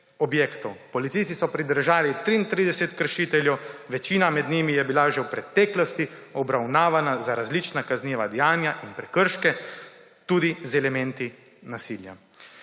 Policisti so pridržali 33 kršiteljev, večina med njimi je bilo že v preteklosti obravnavanih za različna kazniva dejanja in prekrške, tudi z elementi nasilja.